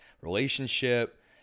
relationship